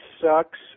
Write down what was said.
sucks